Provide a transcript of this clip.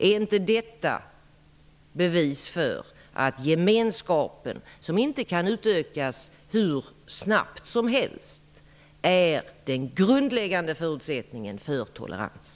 Är inte detta bevis för att gemenskapen, som inte kan utökas hur snabbt som helst, är den grundläggande förutsättningen för tolerans?